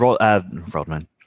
Rodman